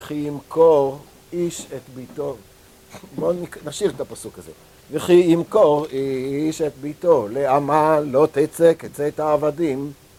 וכי ימכור איש את ביתו בוא נשאיר את הפסוק הזה וכי ימכור איש את ביתו לעמה לא תצק את זה את העבדים